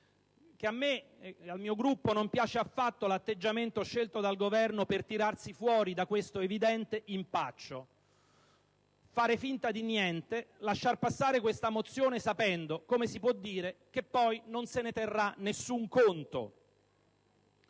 che a me e al mio Gruppo non piace affatto l'atteggiamento scelto dal Governo per tirarsi fuori da questo evidente impaccio: far finta di niente, lasciar passare tale mozione sapendo che poi non se ne terrà nessun conto.